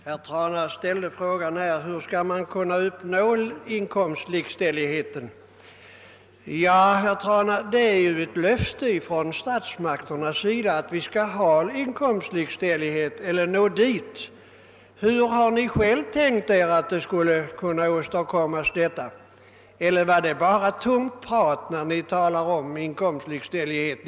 Herr talman! Herr Trana frågade hur man skall kunna uppnå inkomstlikställighet, men statsmakterna har ju lovat inkomstlikställighet. Hur har ni själva tänkt er att detta skall kunna åstadkommas? Var det kanske bara tomt prat när ni talade om inkomstlikställighet?